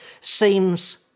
seems